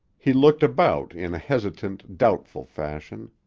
he looked about in a hesitant, doubtful fashion.